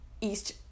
East